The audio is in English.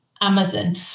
Amazon